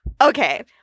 Okay